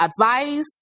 advice